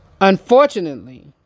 Unfortunately